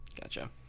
gotcha